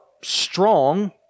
strong